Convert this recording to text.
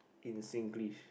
in Singlish